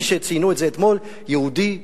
מי שציין את זה אתמול: יהודי הומני,